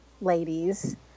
ladies